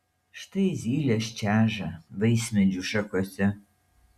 štai zylės čeža vaismedžių šakose